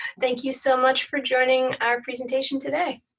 thank you so much for joining our presentation today.